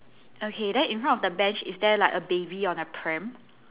okay then in front of the bench is there like a baby on a pram